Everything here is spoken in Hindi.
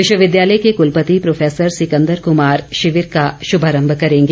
विश्वविद्यालय के कुलपति प्रोफेसर सिकंदर कुमार शिविर का शुभारंभ करेंगे